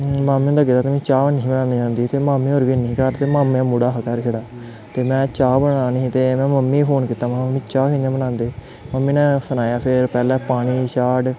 मामे होंदे गेदा हा ते माम्मे होरें गी चाह् निं ही बनाने आंदी ते मामी होर हैनी हे घर ते माम्मे दा मुड़ा हा घर छड़ा फ्ही में चाह् बनानी ही ते फ्ही में मम्मी गी फोन कीता महां मम्मी चाह् कि'यां बनांदे मम्मी ने सनाया फिर पैह्लें पानी चाढ़